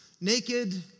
naked